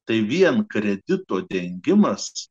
tai vien kredito dengimas